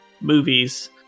movies